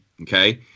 Okay